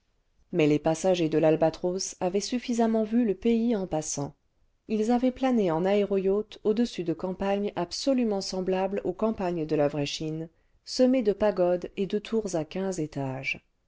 mais les passagers de y albatros avaient suffisamment vu le pays en passant ils avaient plané en aéro yacht au-dessus de campagnes absolument semblables aux campagnes de la vraie chine semées de pagodes et de tours à quinze étages